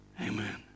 Amen